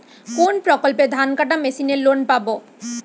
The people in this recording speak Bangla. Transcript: কোন প্রকল্পে ধানকাটা মেশিনের লোন পাব?